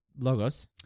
logos